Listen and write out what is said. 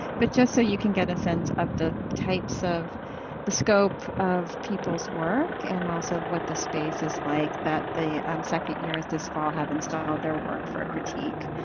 but just so you can get a sense of the types of the scope of people's work. and also what the space is like that the um second-years this fall have installed their work for a critique.